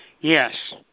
Yes